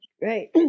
Great